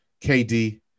KD